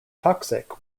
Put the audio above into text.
toxic